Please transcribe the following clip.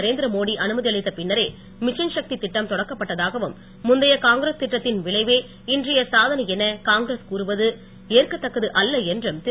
நரேந்திர மோடி அனுமதி அளித்த பின்னரே மிஷன் சக்தி திட்டம் தொடக்கப்பட்டதாகவும் முந்தைய காங்கிரஸ் திட்டத்தின் விளைவே இன்றைய சாதனை என காங்கிரஸ் கூறுவது ஏற்கதக்கது அல்ல என்றும் திரு